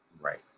Right